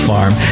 Farm